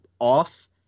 off